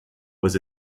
was